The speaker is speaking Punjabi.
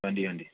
ਹਾਂਜੀ ਹਾਂਜੀ